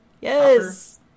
yes